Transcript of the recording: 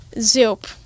Zoop